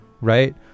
right